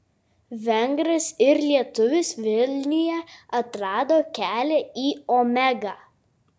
vengras ir lietuvis vilniuje atrado kelią į omegą